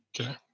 okay